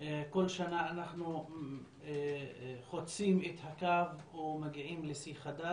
כל שנה אנחנו חוצים את הקו ומגיעים לשיא חדש